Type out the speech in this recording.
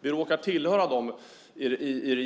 Vi råkar vara ett parti i